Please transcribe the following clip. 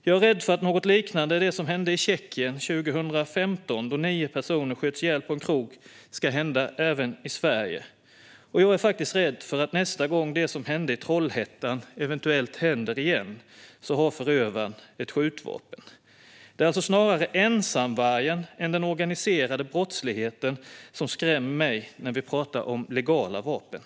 Jag är rädd för att något liknande det som hände i Tjeckien 2015, då nio personer sköts ihjäl på en krog, ska hända även i Sverige. Jag är faktiskt rädd för att när det som hände i Trollhättan eventuellt händer igen har förövaren ett skjutvapen. Det är alltså snarare ensamvargen än den organiserade brottsligheten som skrämmer mig när vi pratar om legala vapen.